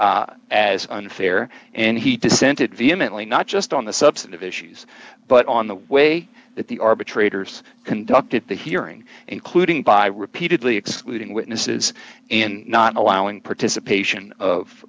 vacated as unfair and he dissented vehemently not just on the substantive issues but on the way that the arbitrators conducted the hearing including by repeated excluding witnesses and not allowing participation of